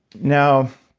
now,